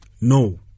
No